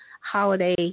holiday